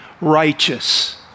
righteous